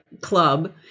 club